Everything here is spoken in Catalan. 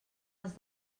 els